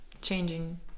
changing